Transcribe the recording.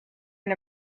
and